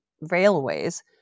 Railways